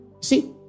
See